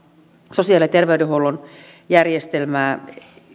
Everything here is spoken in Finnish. sosiaali ja terveydenhuollon järjestelmää